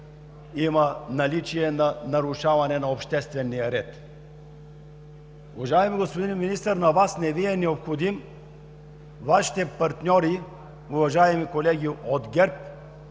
има наличие на нарушаване на обществения ред. Уважаеми господин Министър, на Вас не Ви е необходимо Вашите партньори, уважаемите колеги от ГЕРБ,